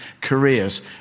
careers